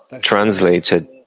translated